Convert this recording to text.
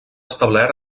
establert